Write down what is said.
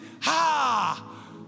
Ha